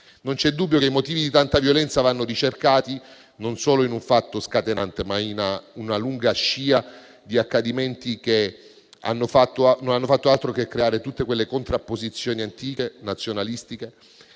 Non vi è dubbio che i motivi di tanta violenza vanno ricercati non solo in un fatto scatenante, ma anche in una lunga scia di accadimenti che non hanno fatto altro che creare tutte quelle contrapposizioni antiche, nazionalistiche